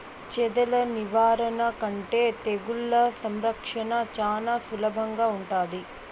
చెదల నివారణ కంటే తెగుళ్ల సంరక్షణ చానా సులభంగా ఉంటాది